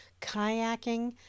kayaking